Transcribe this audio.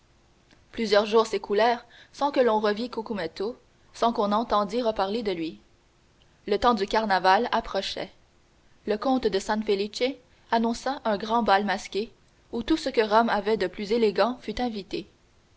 plusieurs jours s'écoulèrent sans que l'on revit cucumetto sans qu'on entendit reparler de lui le temps du carnaval approchait le comte de san felice annonça un grand bal masqué où tout ce que rome avait de plus élégant fut invité